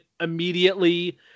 immediately